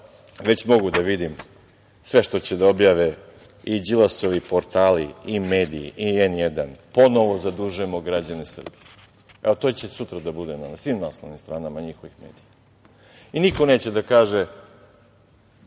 već mogu da vidim sve što će da objave i Đilasovi portali i mediji i N1, ponovo zadužujemo građane Srbije, evo, to će biti sutra na svim naslovnim stranama njihovih medija. Niko neće da kaže